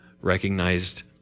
recognized